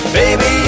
baby